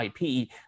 IP